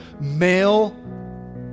male